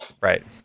right